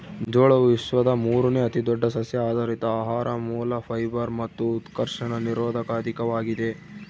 ಜೋಳವು ವಿಶ್ವದ ಮೂರುನೇ ಅತಿದೊಡ್ಡ ಸಸ್ಯಆಧಾರಿತ ಆಹಾರ ಮೂಲ ಫೈಬರ್ ಮತ್ತು ಉತ್ಕರ್ಷಣ ನಿರೋಧಕ ಅಧಿಕವಾಗಿದೆ